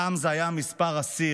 פעם זה היה מספר אסיר,